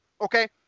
Okay